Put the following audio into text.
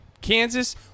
Kansas